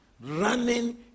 running